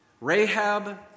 Rahab